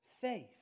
Faith